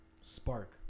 spark